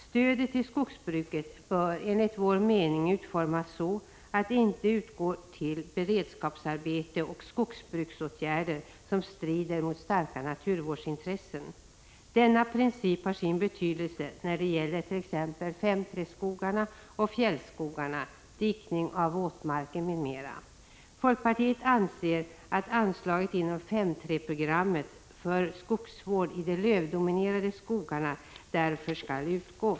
Stödet till skogsbruket bör enligt vår mening utformas så att det inte utgår till beredskapsarbete och skogsbruksåtgärder som strider mot starka naturvårdsintressen. Denna princip har sin betydelse när det gäller 5:3-skogarna och fjällskogarna, dikning av våtmarker m.m. Folkpartiet anser att anslaget inom 5:3-programmet för skogsvård i de lövdominerade skogarna därför skall utgå.